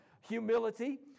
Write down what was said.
humility